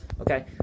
okay